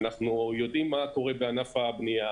אנחנו יודעים מה קורה בענף הבנייה.